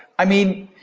i mean,